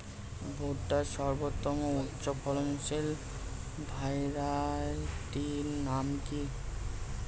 ভুট্টার সর্বোত্তম উচ্চফলনশীল ভ্যারাইটির নাম কি?